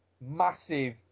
massive